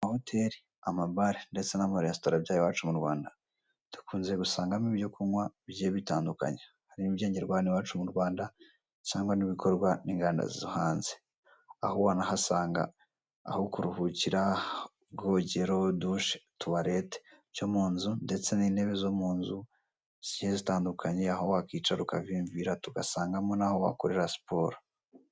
Amahoteri, amabare ndetse n'amaresitora byaha iwacu mu Rwanda, dukunze gusangamo ibyo kunywa bigiye bitandukanye ari ibyengerwa hano mu Rwanda cyangwa n'ibikorwa n'inganda zo hanze. Aho wanahasanga aho kuruhukira, ubwogero, dushe/tuwalete byo mu nzu ndetse n'intebe zo mu nzu zigiye zitandukanye aho wakicara ukavivimvira tugasangamo n'aho wakorera siporo.